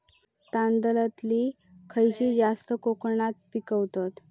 तांदलतली खयची जात कोकणात पिकवतत?